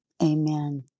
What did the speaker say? Amen